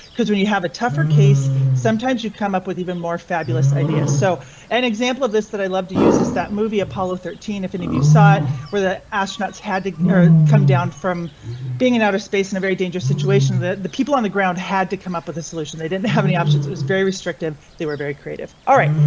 cause when you have a tougher case, sometimes you come up with even more fabulous ideas. so an example of this that i love to use is that movie apollo thirteen. if any of you saw where the astronauts had come down from being in outer space in a very dangerous situation, the people on the ground had to come up with a solution. they didn't have any options. it was very restrictive. they were very creative. alright,